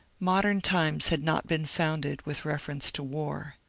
modem times had not been founded with reference to war.